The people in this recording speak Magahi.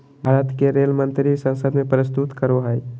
भारत के रेल मंत्री संसद में प्रस्तुत करो हइ